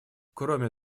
кроме